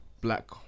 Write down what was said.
black